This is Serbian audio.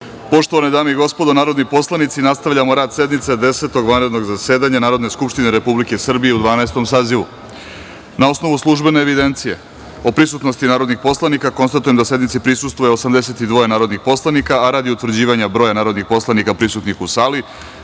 Poštovane dame i gospodo narodni poslanici, nastavljamo rad sednice Desetog vanrednog zasedanja Narodne skupštine Republike Srbije u Dvanaestom sazivu. Na osnovu službene evidencije o prisutnosti narodnih poslanika, konstatujem da sednici prisustvuje 82 narodna poslanika. Radi utvrđivanja broja narodnih poslanika prisutnih u sali,